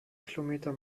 kilometer